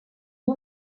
une